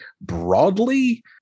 broadly